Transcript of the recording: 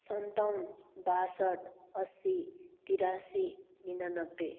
सन्ताउन्न बयसठी असी तिरासी निनानब्बे